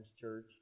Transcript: church